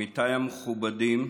עמיתיי המכובדים,